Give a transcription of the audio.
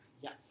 yes